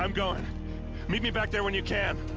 um me me back there when you can!